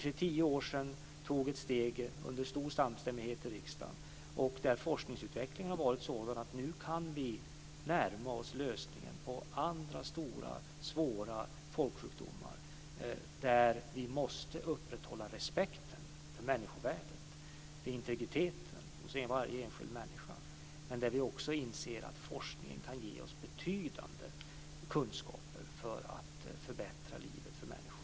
För tio år sedan tog vi ett steg under stor samstämmighet i riksdagen, och forskningsutvecklingen har varit sådan att vi nu kan närma oss lösningen på andra stora svåra frågor när det gäller folksjukdomar. Vi måste upprätthålla respekten för människovärdet, för integriteten, hos varje enskild människa, men vi inser också att forskningen kan ge oss betydande kunskaper när det gäller att förbättra livet för människor.